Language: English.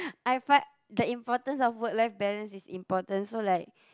I find the importance of work life balance is important so like